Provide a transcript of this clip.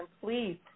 please